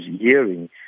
hearing